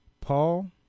Paul